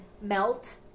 melt